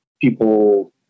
People